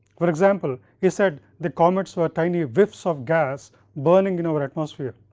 for example, he said the comets were tiny whiffs of gas burning in our atmosphere.